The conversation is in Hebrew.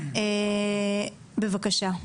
בבקשה.